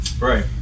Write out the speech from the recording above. right